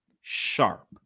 sharp